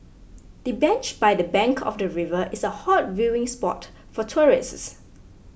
the bench by the bank of the river is a hot viewing spot for tourists